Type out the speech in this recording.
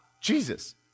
Jesus